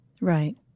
Right